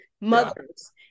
mothers